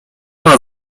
ona